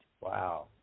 Wow